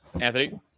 Anthony